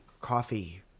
coffee